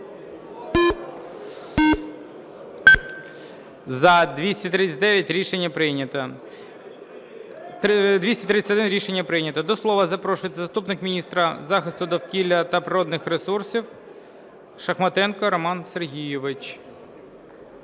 За-231 Рішення прийнято. До слова запрошується заступник міністра захисту довкілля та природних ресурсів Шахматенко Роман Сергійович.